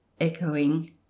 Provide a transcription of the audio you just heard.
echoing